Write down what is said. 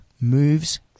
moves